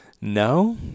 No